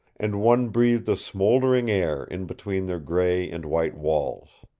and one breathed a smoldering air in between their gray and white walls.